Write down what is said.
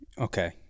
Okay